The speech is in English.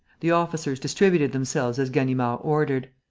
the officers distributed themselves as ganimard ordered.